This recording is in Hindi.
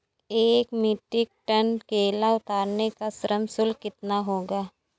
एक मीट्रिक टन केला उतारने का श्रम शुल्क कितना होगा?